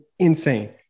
insane